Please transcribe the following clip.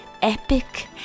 epic